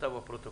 זאת לפרוטוקול.